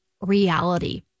reality